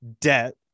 debt